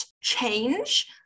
change